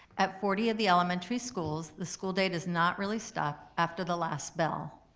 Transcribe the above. at forty of the elementary schools, the school day does not really stop after the last bell.